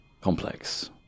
complex